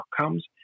outcomes